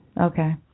Okay